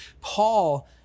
Paul